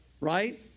right